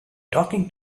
talking